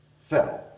fell